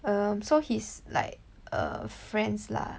um so he's like err friends lah